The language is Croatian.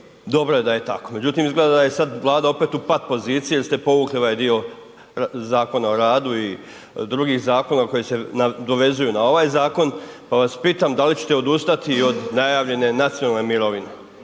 dobro je da je tako međutim izgleda da je sad Vlada opet u pat poziciji i da ste povukli ovaj dio Zakona o radu i drugih zakona koji se nadovezuju na ovaj zakon pa vas pitam da li ćete odustati od najavljene nacionalne mirovine